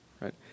right